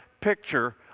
picture